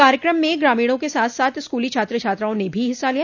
कार्यक्रम में ग्रामीणों के साथ साथ स्कूली छात्र छात्राओं ने भी हिस्सा लिया